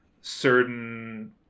certain